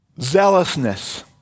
zealousness